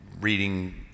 reading